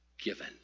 given